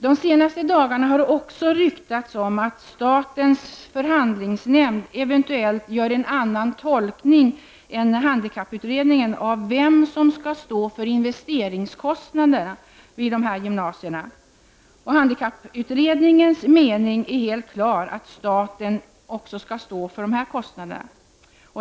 De senaste dagarna har det också ryktats om att statens förhandlingsnämnd eventuellt gör en annan tolkning än handikapputredningen av vem som skall stå för investeringskostnaderna för dessa gymnasier. Handikapputredningens mening är helt klar: staten skall också stå för de här kostnaderna.